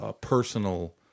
personal